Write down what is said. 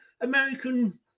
American